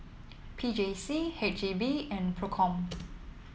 P J C H E B and Procom